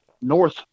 north